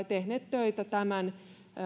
tehneet töitä tämän